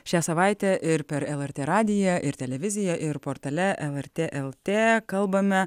šią savaitę ir per lrt radiją ir televiziją ir portale lrt lt kalbame